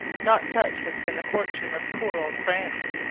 not such has been the fortune of poor old france.